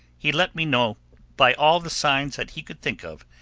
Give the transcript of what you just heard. he let me know by all the signs that he could think of,